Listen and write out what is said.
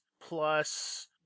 plus